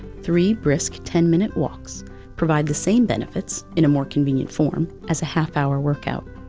three brisk ten minute walks provide the same benefits, in a more convenient form as a half-hour workout.